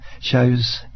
show's